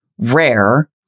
rare